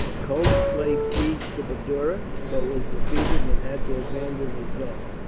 cope laid siege to madura, but was defeated and had to abandon his guns.